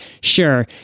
Sure